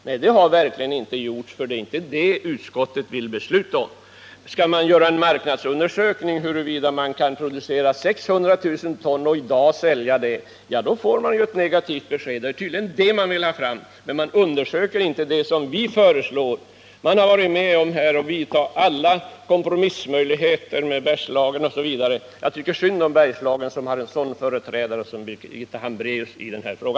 Nej, det har verkligen inte gjorts, för det är inte det utskottet vill att riksdagen skall besluta om. Skall man göra en marknadsundersökning huruvida man kan producera 600 000 ton och i dag sälja det, får man ett negativt besked. Det är tydligen det som centern vill ha fram, men man undersöker inte det som vi föreslår. Man har varit med om att pröva alla kompromissmöjligheter i fråga om Bergslagen osv. Jag tycker synd om Bergslagen som har en sådan företrädare som Birgitta Hambraeus i denna fråga.